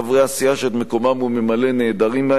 שאת מקומם הוא ממלא נעדרים מהישיבה,